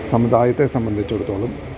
സമുദായത്തെ സംബന്ധിച്ചിടുത്തോളം